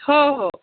हो हो